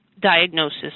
diagnosis